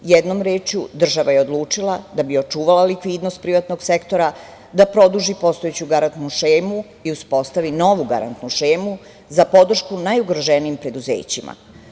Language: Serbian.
Jednom rečju, država je odlučila, da bi očuvala likvidnost privrednog sektora, da produži postojeću garantnu šemu i uspostavi novu garantnu šemu za podršku najugroženijim preduzećima.